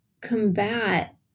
combat